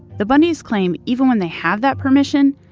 the bundys claim, even when they have that permission,